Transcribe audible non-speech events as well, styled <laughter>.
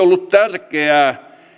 <unintelligible> ollut tärkeää